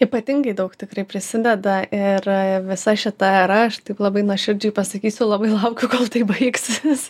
įpatingai daug tikrai prisideda ir visa šita era aš taip labai nuoširdžiai pasakysiu labai laukiu kol tai baigsis